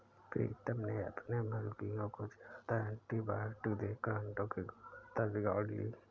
प्रीतम ने अपने मुर्गियों को ज्यादा एंटीबायोटिक देकर अंडो की गुणवत्ता बिगाड़ ली